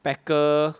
packer